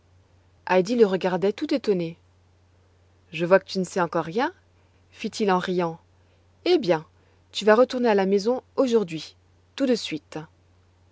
heidi le regardait tout étonnée je vois que tu ne sais encore rien fit-il en riant eh bien tu vas retourner à la maison aujourd'hui tout de suite